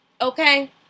Okay